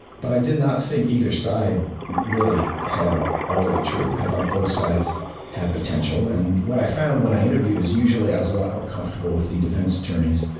but i did not think either side really had all of the truth. i thought both sides had potential. and what i found when i interviewed is usually i was a lot more comfortable with the defense attorneys.